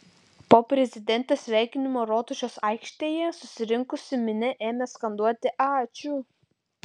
po prezidentės sveikinimo rotušės aikštėje susirinkusi minia ėmė skanduoti ačiū